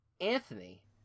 Anthony